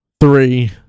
three